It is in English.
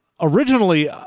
originally